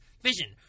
vision